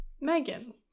megan